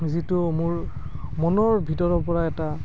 যিটো মোৰ মনৰ ভিতৰৰ পৰা এটা